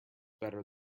better